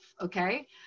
okay